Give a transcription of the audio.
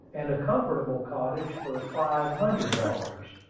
and a comfortable cottage for five hundred dollars.